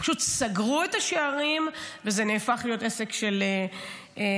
פשוט סגרו את השערים וזה הפך להיות עסק של קייטרינג.